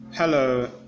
Hello